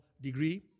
degree